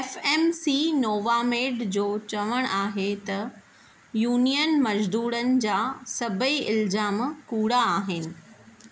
F M C Novamed जो चवणु आहे त यूनियन मज़दूरनि जा सभेई इल्ज़ाम कूड़ा आहिनि